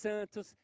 Santos